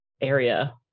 area